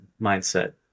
mindset